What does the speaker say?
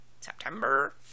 September